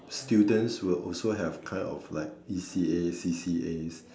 students will also have kind of like E_C_A C_C_As